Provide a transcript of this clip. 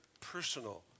personal